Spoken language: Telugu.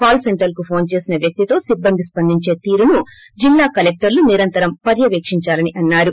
కాల్ సెంటర్కు ఫోన్ చేసిన వ్వక్తితో సిబ్బంది స్సందించే తీరును జిల్లా కలెక్టర్లు నిరంతరం పర్యవేక్షించాలని అన్నారు